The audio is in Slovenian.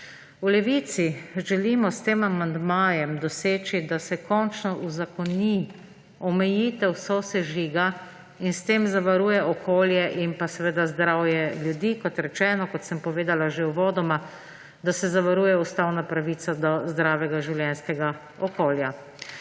V Levici želimo s tem amandmajem doseči, da se končno uzakoni omejitev sosežiga in s tem zavaruje okolje ter zdravje ljudi, kot sem povedala že uvodoma, da se zavaruje ustavna pravica do zdravega življenjskega okolja.